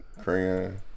crayon